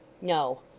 No